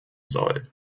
soll